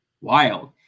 wild